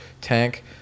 tank